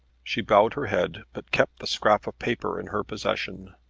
she bowed her head, but kept the scrap of paper in her possession.